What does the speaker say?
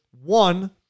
one